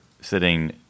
sitting